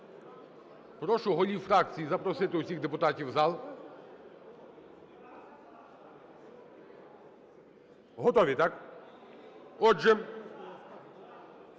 Прошу голів фракцій запросити усіх депутатів у зал. Готові, так? Отже...